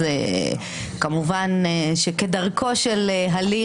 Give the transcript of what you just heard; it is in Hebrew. כמובן שכדרכו של הליך,